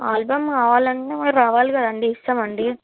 album కావాలన్న మీరు రావాలి కదండి ఇస్తాం అండి